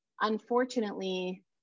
unfortunately